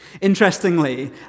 Interestingly